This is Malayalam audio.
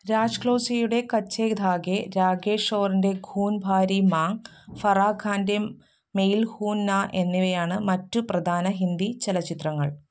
രാജ് ഗ്ലോസയുടെ കച്ചെ ധാഗെ രാകേഷോറിൻ്റെ ഖൂൻ ഭാരി മാങ് ഫറാഖാൻ്റെ മെയിൽ ഹൂനാ എന്നിവയാണ് മറ്റു പ്രധാന ഹിന്ദി ചലച്ചിത്രങ്ങൾ